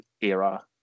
era